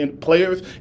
players